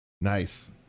Nice